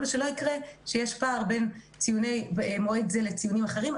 חשוב שלא יהיה פער בין ציוני מועד זה לבין ציונים של מועדים אחרים.